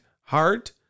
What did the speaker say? heart